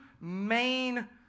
main